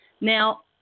now